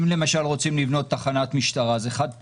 אם למשל רוצים לבנות תחנת משטרה זה חד פעמי.